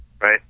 Right